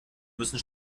müssen